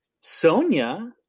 sonia